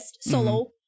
solo